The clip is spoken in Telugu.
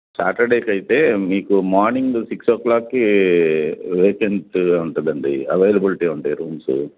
సాటర్డెకైతే మీకు మార్నింగ్ సిక్సోక్లాక్కీ వేకెంట్ ఉంటుందండి అవైలబులిటీ ఉంటయి రూమ్సు